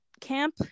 camp